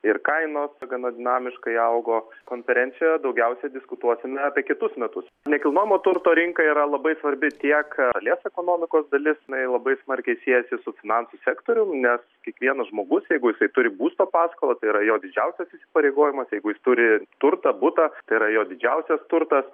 ir kainos gana dinamiškai augo konferencijoje daugiausiai diskutuosime apie kitus metus nekilnojamo turto rinka yra labai svarbi tiek šalies ekonomikos dalis na ir labai smarkiai siejasi su finansų sektorium nes kiekvienas žmogus jeigu jisai turi būsto paskolą tai yra jo didžiausias įsipareigojimas jeigu jis turi turtą butą tai yra jo didžiausias turtas